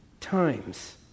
times